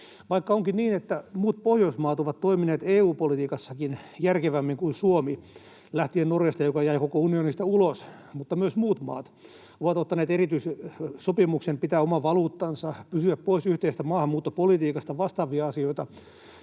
vaikka onkin niin, että muut Pohjoismaat ovat toimineet EU-politiikassakin järkevämmin kuin Suomi — lähtien Norjasta, joka jäi koko unionista ulos, mutta myös muut maat ovat ottaneet erityissopimuksen pitää oman valuuttansa, pysyä pois yhteisestä maahanmuuttopolitiikasta ja vastaavia asioita,